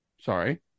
sorry